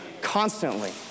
constantly